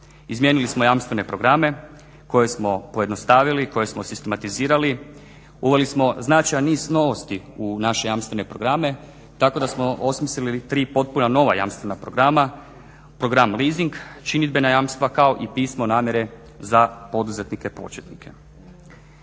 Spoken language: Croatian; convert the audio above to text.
Izmijenili smo jamstvene programe koje smo pojednostavili, koje smo sistematizirali, uveli smo značajan niz novosti u naše jamstvene programe tako da smo osmislili tri potpuno nova jamstvena programa, program leasing, činidbena jamstva kao i pisme namjere za poduzetnike početnike.